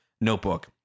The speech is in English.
notebook